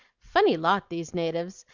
funny lot, these natives!